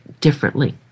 differently